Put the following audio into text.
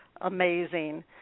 amazing